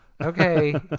okay